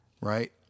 Right